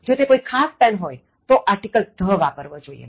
જો તે કોઇ ખાસ પેન હોય તો આર્ટિકલ the' વાપરવો જોઇએ